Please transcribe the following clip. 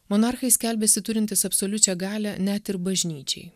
monarchai skelbiasi turintys absoliučią galią net ir bažnyčiai